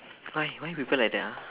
why why people like that ah